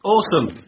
Awesome